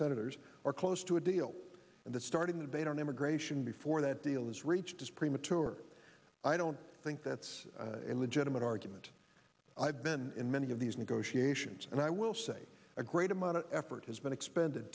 senators are close to a deal and that starting the debate on immigration before that deal is reached is premature i don't think that's a legitimate argument i've been in many of these negotiations and i will say a great amount of effort has been expended